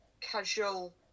casual